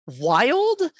wild